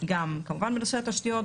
גם כמובן בנושא התשתיות,